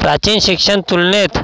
प्राचीन शिक्षण तुलनेत